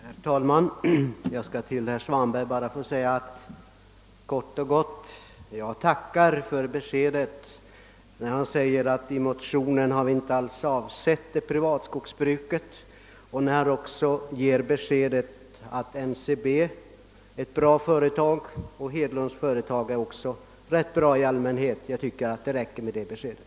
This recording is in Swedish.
Herr talman! Jag vill bara kort och gott tacka herr Svanberg för att han säger att man i motionen inte alls har avsett det privata skogsbruket och för att han ger besked om att NCB är ett bra företag och att Hedlunds företag i allmänhet är bra. Jag tycker att det räcker med det beskedet.